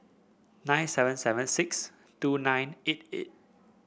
nine seven seven six two nine eight eight